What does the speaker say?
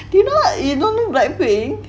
if not you don't know blackpink